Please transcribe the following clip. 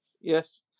Yes